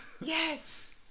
Yes